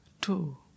two